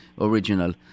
original